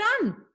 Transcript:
done